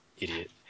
idiot